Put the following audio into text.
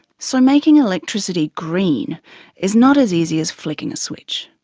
so making electricity green is not as easy as flicking a switch.